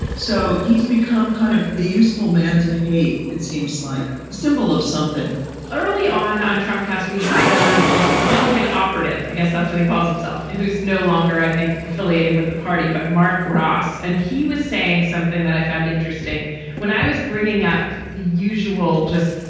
so he's become kind of the useful man to hate it seems like a symbol of something early on on trump castle we had on a republican operative. i guess that's what he calls himself, who is no longer, i think, affiliated with the party. but mark ross. and he was saying something that i found interesting when i was bringing up the usual just,